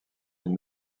une